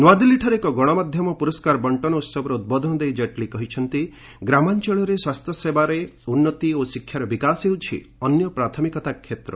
ନୂଆଦିଲ୍ଲୀଠାରେ ଏକ ଗଶମାଧ୍ୟମ ପୁରସ୍କାର ବଣ୍ଟନ ଉତ୍ସବରେ ଉଦ୍ବୋଧନ ଦେଇ ଜେଟ୍ଲି କହିଛନ୍ତି ଗ୍ରାମାଞଳରେ ସ୍ୱାସ୍ଥ୍ୟସେବାରେ ଉନ୍ନତି ଓ ଶିକ୍ଷାର ବିକାଶ ହେଉଛି ଅନ୍ୟ ପ୍ରାଥମିକତା କ୍ଷେତ୍ର